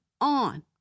on